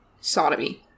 sodomy